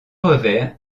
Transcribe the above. revers